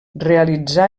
realitzà